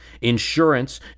Insurance